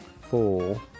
Four